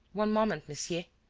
one moment, monsieur.